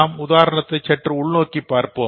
நம் உதாரணத்தை சற்று உள்நோக்கி பார்ப்போம்